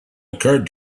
occurred